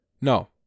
No